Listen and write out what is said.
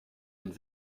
und